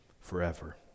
forever